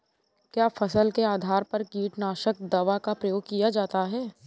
क्या फसल के आधार पर कीटनाशक दवा का प्रयोग किया जाता है?